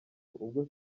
ubwo